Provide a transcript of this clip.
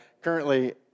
currently